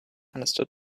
understood